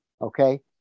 Okay